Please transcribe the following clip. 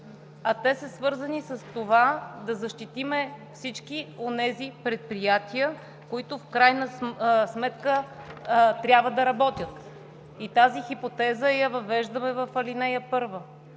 а те са свързани с това – да защитим всички онези предприятия, които в крайна сметка трябва да работят. И тази хипотеза я въвеждаме в ал. 1.